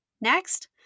Next